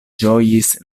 ĝojis